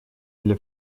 для